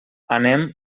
anem